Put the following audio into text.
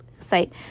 site